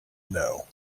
know